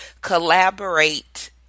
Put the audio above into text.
collaborate